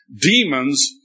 demons